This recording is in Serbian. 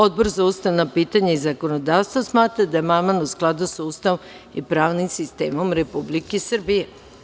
Odbor za ustavna pitanja i zakonodavstvo smatra da je amandman u skladu sa Ustavom i pravnim sistemom Republike Srbije.